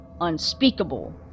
unspeakable